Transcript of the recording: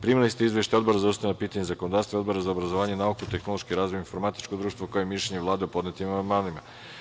Primili ste izveštaje Odbora za ustavna pitanja i zakonodavstvo i Odbora za obrazovanje, nauku, tehnološki razvoj i informatičko društvo, kao i mišljenje Vlade o podnetim amandmanima.